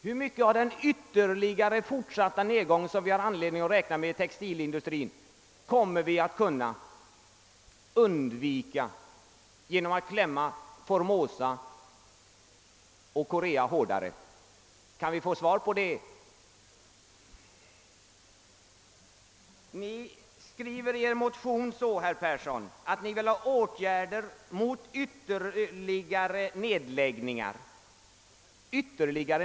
Hur mycket av den ytterligare fortsatta nedgång, som vi har anledning att räkna med i textilindustrin, kommer vi att kunna undvika genom att klämma Formosa och Korea hårdare? Kan vi få ert svar på denna fråga? Ni skriver i er motion, herr Persson i Heden, att ni vill ha åtgärder mot ytterligare nedläggningar.